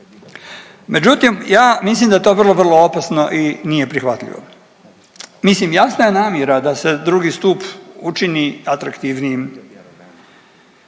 Međutim, ja mislim da je to vrlo, vrlo opasno i nije prihvatljivo. Mislim jasna je namjera da se drugi stup učini atraktivnijim,